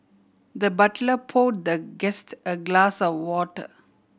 the butler pour the guest a glass of water